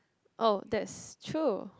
oh that's true